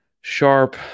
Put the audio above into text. sharp